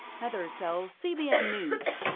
heather sells, cbn news.